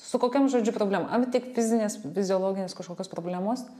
su kokiom žodžiu problemom ar tik fizinės fiziologinės kažkokios problemos